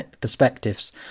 perspectives